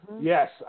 Yes